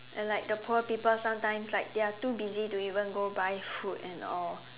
and like the poor people sometimes like they are too busy to even go buy food and all